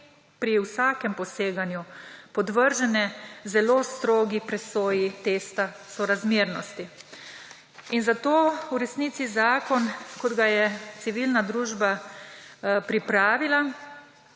pri vsakem poseganju podvržene zelo strogi presoji testa sorazmernosti. Zato v resnici zakon, kot ga je pripravila